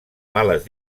males